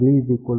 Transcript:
మీ W 4